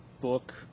book